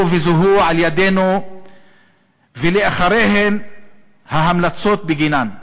וזוהו על-ידינו ולאחריהן ההמלצות בגינן: